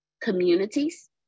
communities